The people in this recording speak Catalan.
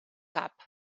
cap